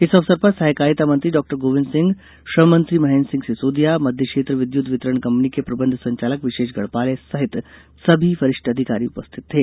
इस अवसर पर सहकारिता मंत्री डॉ गोविंद सिंह श्रम मंत्री महेन्द्र सिंह सिसोदिया मध्य क्षेत्र विद्युत वितरण कंपनी के प्रबंध संचालक विशेष गढ़पाले सहित सभी वरिष्ठ अधिकारी उपस्थित थे